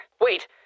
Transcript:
Wait